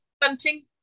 bunting